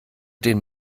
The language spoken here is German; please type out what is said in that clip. den